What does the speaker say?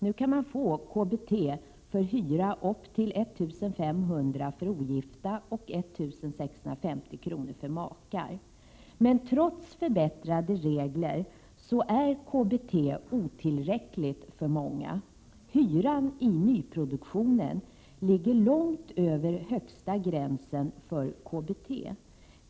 Nu kan man få KBT för en hyra upp till 1 500 kr. för ogift och 1 650 kr. för makar. Men trots förbättrade regler är KBT otillräckligt för många. Hyran i nyproduktionen ligger långt över den högsta gränsen för KBT.